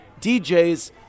DJs